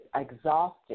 exhausted